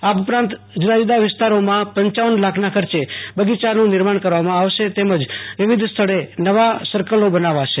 આ ઉપરાંત જુદા જુદા વિસ્તારોમાં પપ લાખના ખર્ચે બગીયાનું નિર્માણ કરવામાં આવ્યો તેમજ વિવિધ સ્થળે નવા સર્કલો બનાવાશે